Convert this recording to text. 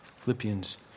Philippians